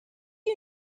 you